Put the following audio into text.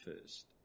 first